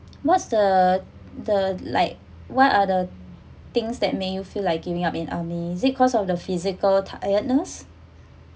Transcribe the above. what's the the like what are things that make you feel like giving up in army is it cause of the physical tiredness